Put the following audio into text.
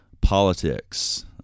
politics